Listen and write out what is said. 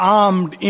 armed